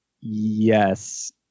yes